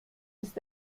ist